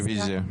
רביזיה.